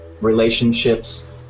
relationships